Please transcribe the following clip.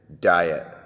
diet